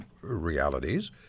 realities